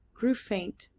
grew faint,